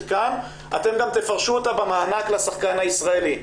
כאן אתם גם תפרשו אותה במענק לשחקן הישראלי.